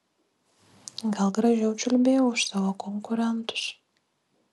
gal gražiau čiulbėjau už savo konkurentus